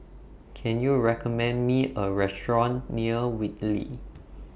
Can YOU recommend Me A Restaurant near Whitley